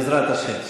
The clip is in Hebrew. בעזרת השם.